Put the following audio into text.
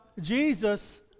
Jesus